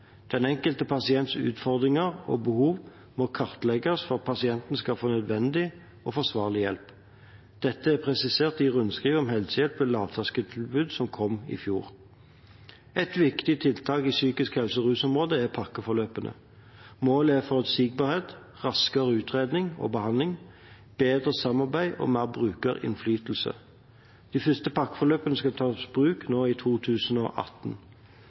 Den enkelte pasients utfordringer og behov må kartlegges for at pasienten skal få nødvendig og forsvarlig hjelp. Dette er presisert i rundskriv om helsehjelp ved lavterskeltilbud som kom i fjor. Et viktig tiltak på områdene psykisk helse og rus er pakkeforløpene. Målet er forutsigbarhet, raskere utredning og behandling, bedre samarbeid og mer brukerinnflytelse. De første pakkeforløpene skal tas i bruk nå i 2018.